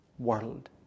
world